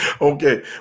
Okay